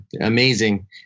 amazing